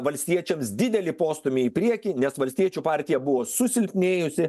valstiečiams didelį postūmį į priekį nes valstiečių partija buvo susilpnėjusi